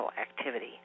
activity